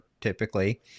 typically—